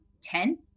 ten